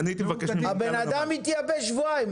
הבן-אדם התייבש שבועיים.